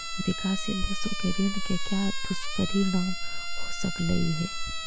विकासशील देशों के ऋण के क्या दुष्परिणाम हो सकलई हे